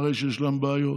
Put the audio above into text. מראה שיש להם בעיות,